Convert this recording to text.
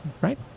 right